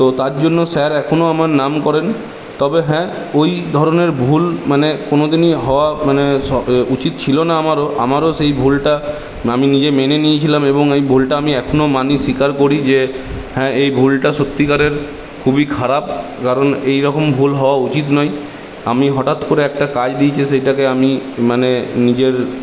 তো তার জন্য স্যার এখনও আমার নাম করেন তবে হ্যাঁ ওই ধরনের ভুল মানে কোনওদিনই হওয়া মানে উচিত ছিল না আমারও আমারও সেই ভুলটা আমি নিজে মেনে নিয়েছিলাম এবং এই ভুল আমি এখনও মানি স্বীকার করি যে হ্যাঁ এই ভুলটা সত্যিকারের খুবই খারাপ কারণ এই রকম ভুল হওয়া উচিত নয় আমি হঠাৎ করে একটা কাজ দিয়েছে সেটাকে আমি মানে নিজের